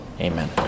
amen